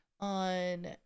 on